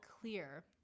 clear